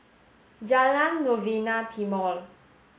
Jalan Novena Timor